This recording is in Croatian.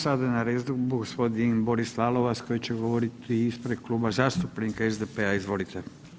Sada je na redu g. Boris Lalovac, koji će govoriti ispred Kluba zastupnika SDP-a, izvolite.